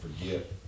forget